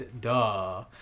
duh